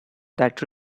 that